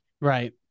Right